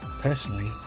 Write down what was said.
Personally